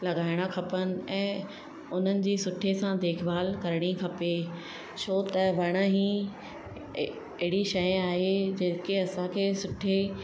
लॻाइणा खपनि ऐं उन्हनि जी सुठे सां देखभालु करिणी खपे छो त वण ही ए अहिड़ी शइ आहे जेके असांखे सुठे